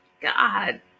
God